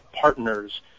partners